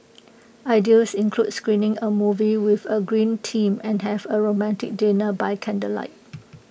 ideas include screening A movie with A green theme and have A romantic dinner by candlelight